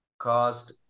Caused